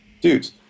dudes